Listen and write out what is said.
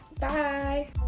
Bye